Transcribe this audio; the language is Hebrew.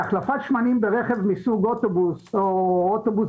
החלפת שמנים ברכב מסוג אוטובוס או באוטובוס